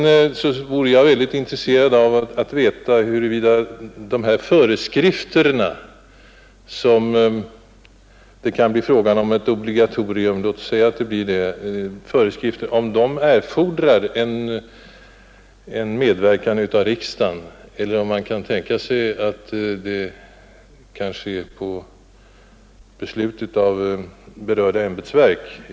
Vidare vore jag väldigt intresserad av att veta, huruvida de föreskrifter om ett obligatorium, som det kan bli fråga om, erfordrar riksdagens medverkan eller om man kan tänka sig att berörda ämbetsverk kan fatta beslut.